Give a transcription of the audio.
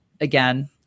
again